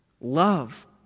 love